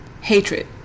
hatred